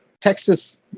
Texas